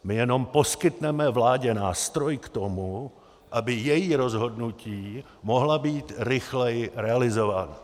My jenom poskytneme vládě nástroj k tomu, aby její rozhodnutí mohla být rychleji realizována.